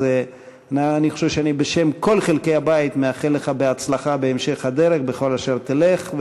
אני חושב שבשם כל חלקי הבית אני מאחל לך הצלחה בהמשך הדרך בכל אשר תלך.